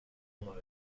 pendant